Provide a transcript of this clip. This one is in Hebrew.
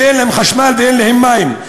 שאין להם חשמל ואין להם מים.